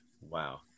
wow